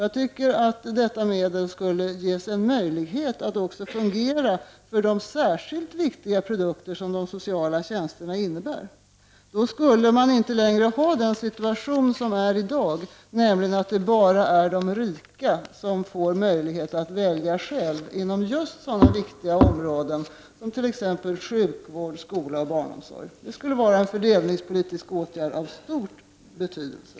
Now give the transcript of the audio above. Jag tycker att detta medel skall ges en möjlighet att få fungera också för de särskilt viktiga produkter som de sociala tjänsterna innebär. Då skulle vi inte längre ha den situation som vi har i dag, nämligen att bara de rika får möjlighet att välja själva i fråga om sådana viktiga områden som sjukvård, skola och barnomsorg. Det skulle vara en åtgärd av stor betydelse.